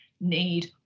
need